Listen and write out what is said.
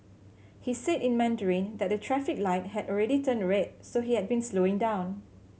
he said in Mandarin that the traffic light had already turned red so he had been slowing down